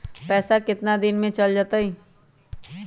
पैसा कितना दिन में चल जतई?